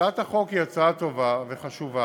הצעת החוק היא הצעה טובה וחשובה,